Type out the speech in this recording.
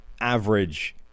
average